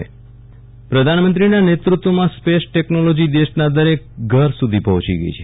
વિરલ રાણા ઈસરો પ્રધાનમંત્રીના નેતૃત્વમાં space technology દેશના દરેક ઘર સુધી પહોંચી ગઈ છે